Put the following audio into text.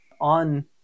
on